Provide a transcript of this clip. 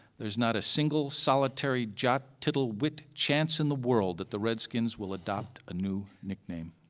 there's not a single solitary jot tiddle wit chance in the world that the redskins will adopt a new nickname.